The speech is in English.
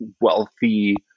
wealthy